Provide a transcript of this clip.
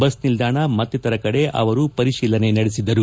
bus ನಿಲ್ದಾಣ ಮತ್ತಿತರ ಕಡೆ ಅವರು ಪರಿಹೀಲನೆ ನಡೆಸಿದರು